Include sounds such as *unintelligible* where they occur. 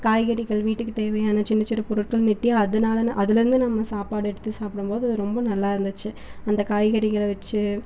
காய்கறிகள் வீட்டுக்கு தேவையான சின்ன சின்ன பொருட்கள் *unintelligible* அதனால நான் அதில் இருந்து நம்ம சாப்பாடு எடுத்து சாப்பிடும் போது அது ரொம்ப நல்லா இருந்துச்சு அந்த காய்கறிகளை வச்சு